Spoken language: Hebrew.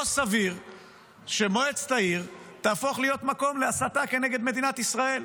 לא סביר שמועצת העיר תהפוך להיות מקום להסתה כנגד מדינת ישראל.